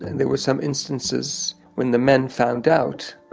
and there were some instances, when the men found out,